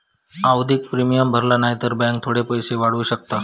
आवधिक प्रिमियम भरला न्हाई तर बॅन्क थोडे पैशे वाढवू शकता